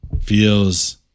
feels